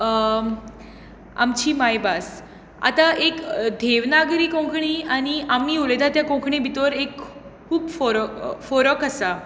आमची मायभास आतां एक देवनागरी कोंकणी आनी आमी उलोयता त्या कोंकणी भितर एक खूब फरक फरक आसा